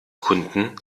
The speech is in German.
kunden